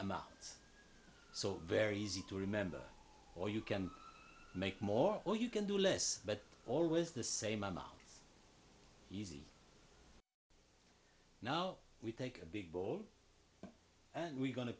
amounts so very easy to remember or you can make more or you can do less but always the same amount easy now we take a big ball and we're going to